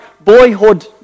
Boyhood